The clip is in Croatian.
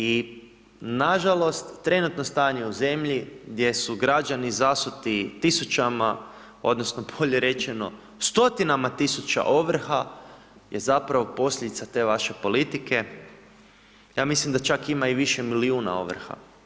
I nažalost, trenutno stanje u zemlji gdje su građani zasuti tisućama, odnosno bolje rečeno stotinama tisuća ovrha, je zapravo posljedica te vaše politike, ja mislim da čak ima i više milijuna ovrha.